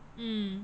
mm